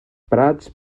prats